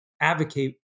advocate